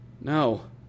No